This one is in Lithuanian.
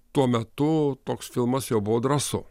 tuo metu toks filmas jau buvo drąsu